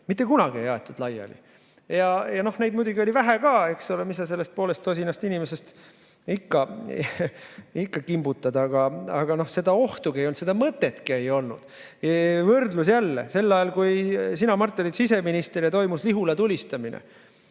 Mitte kunagi ei aetud laiali. Neid muidugi oli vähe ka, eks ole, mis sa sellest poolest tosinast inimest ikka kimbutad, aga seda ohtugi ei olnud, seda mõtetki ei olnud. Võrdlus jälle: sel ajal, kui sina, Mart, olid siseminister ja toimus Lihula tulistamine,